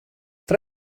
tra